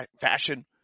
fashion